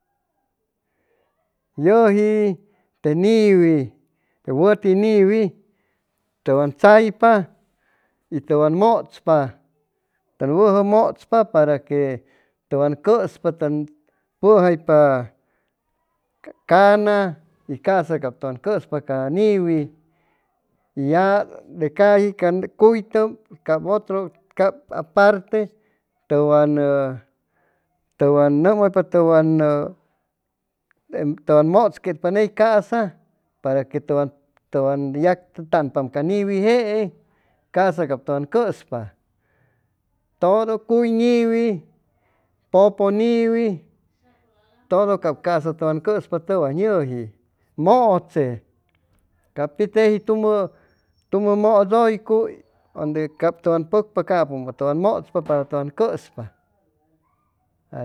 Yuji te wuiti te wuti niwi tuwan tsaypa y tuwan mutspa tun wuju mutdpa para que tuwan cuspa tun wuju mutspa para que tuwan cuspa tun pujaypa ca cana y casa tuwan cuspa ca niwi y ya de caji ca cuytum cab utru cab aparte tuwan tuwan numuypa tuwan mutsquetpa ney casa para que cuspa tudu cuy niwi pupu niwi tudu cab casa tuwan cuspa tuwan yuji mutse capi teji tumu muduycuy unde cab tuwan pucpa capu tuwan mutspa para que tuwan cuspa